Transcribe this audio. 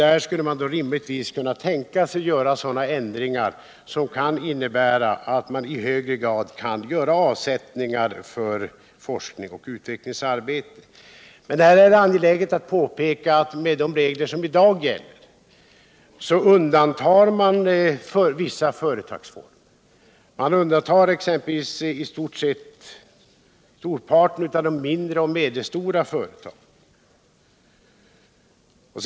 Där skulle man då kunna tänka sig att göra sådana ändringar som innebär att man i högre grad kan göra avsättningar för forskningsoch utvecklingsarbete. Men där är det angeläget att påpeka, att med de regler som i dag gäller undantas vissa företagsformer. Man undantar sålunda merparten av de mindre och medelstora företagen.